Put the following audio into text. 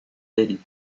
délit